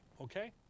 okay